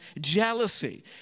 jealousy